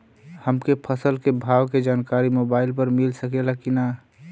हमके फसल के भाव के जानकारी मोबाइल पर मिल सकेला की ना?